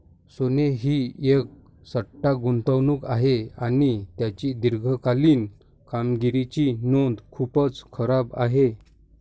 सोने ही एक सट्टा गुंतवणूक आहे आणि त्याची दीर्घकालीन कामगिरीची नोंद खूपच खराब आहे